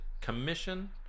commission